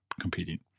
competing